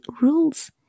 rules